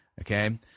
okay